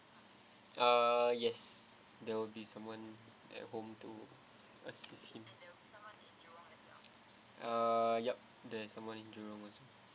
uh yes there will be someone at home to assist him uh yup there is someone in jurong also